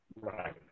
Right